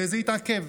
וזה התעכב.